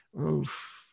Oof